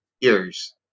Ears